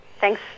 thanks